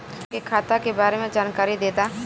हमके खाता के बारे में जानकारी देदा?